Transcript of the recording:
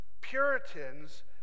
Puritans